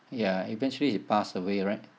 ya eventually she passed away right